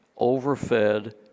overfed